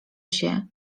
się